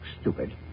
stupid